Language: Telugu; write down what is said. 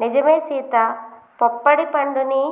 నిజమే సీత పొప్పడి పండుని